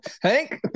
Hank